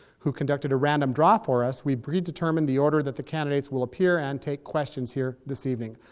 who conducted a random draw for us, we predetermined the order that the candidates will appear and take questions here this evening.